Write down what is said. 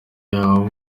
yahawe